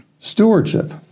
Stewardship